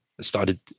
started